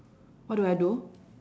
what do I do